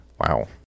Wow